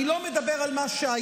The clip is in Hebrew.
אני לא מדבר על מה שהיה,